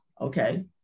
okay